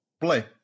play